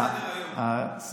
מה לעשות.